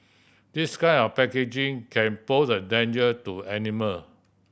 this kind of packaging can pose a danger to animals